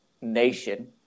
nation